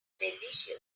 delicious